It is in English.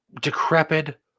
decrepit